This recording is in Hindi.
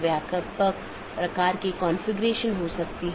यह BGP का समर्थन करने के लिए कॉन्फ़िगर किया गया एक राउटर है